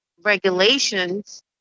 regulations